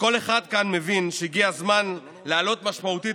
שכל אחד כאן מבין שהגיע הזמן להעלות משמעותית